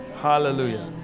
Hallelujah